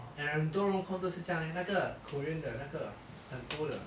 and 很多人工作是这样 eh 那个 korean 的那个很多的